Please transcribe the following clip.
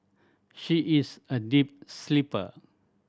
she is a deep sleeper